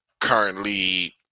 currently